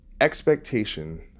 expectation